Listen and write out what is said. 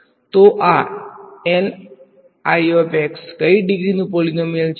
તો આ કઈ ડિગ્રીનુ પોલીનોમીયલ છે